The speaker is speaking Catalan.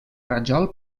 rajol